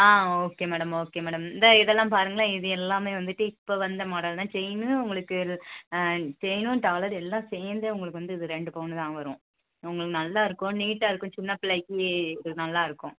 ஆ okay madam okay madam இந்த இதெல்லாம் பாருங்களேன் இது எல்லாமே வந்துட்டு இப்போ வந்த மாடல் தான் செயினு உங்களுக்கு செயினும் டாலர் எல்லா சேர்ந்தே உங்களுக்கு வந்து இது ரெண்டு பவுன் தான் வரும் உங்களுக்கு நல்லா இருக்கும் நீட்டாக இருக்கும் சின்ன பிள்ளைக்கு இது நல்லா இருக்கும்